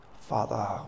Father